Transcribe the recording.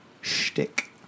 shtick